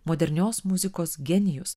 modernios muzikos genijus